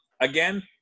Again